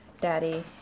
Daddy